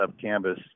canvas